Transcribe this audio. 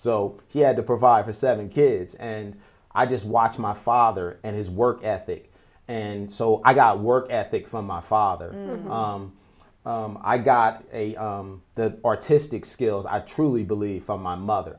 so he had to provide for seven kids and i just watched my father and his work ethic and so i got work ethic from my father i got a the artistic skills i truly believe from my mother